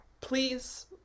please